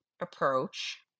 approach